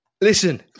Listen